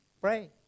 Pray